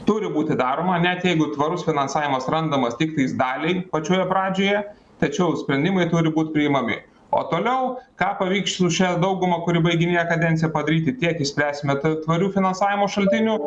turi būti daroma net jeigu tvarus finansavimas randamas tiktais daliai pačioje pradžioje tačiau sprendimai turi būt priimami o toliau ką pavyks su šia dauguma kuri baiginėja kadenciją padaryti tiek išspręsime ta tvarių finansavimo šaltinių